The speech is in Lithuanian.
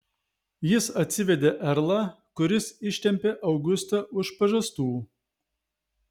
jis atsivedė erlą kuris ištempė augustą už pažastų